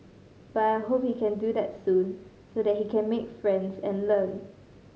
but I hope he can do that soon so that he can make friends and learn